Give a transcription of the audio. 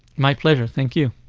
my pleasure, thank you.